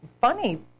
funny